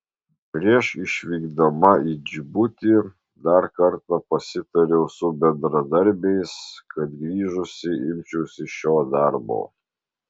prieš išvykdama į džibutį dar kartą pasitariau su bendradarbiais kad grįžusi imčiausi šio darbo